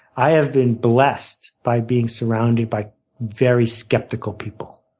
i have been blessed by being surrounded by very skeptical people,